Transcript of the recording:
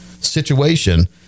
situation